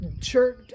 church